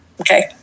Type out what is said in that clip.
Okay